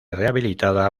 rehabilitada